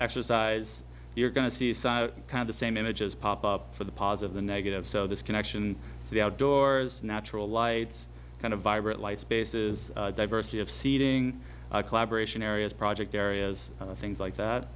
exercise you're going to see the same images pop up for the positive the negative so this connection to the outdoors natural lights kind of vibrant light spaces diversity of seeding collaboration areas project areas things like that